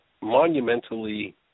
monumentally